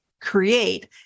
create